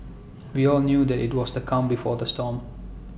we all knew that IT was the calm before the storm